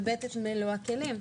ובי"ת את מלוא הכלים.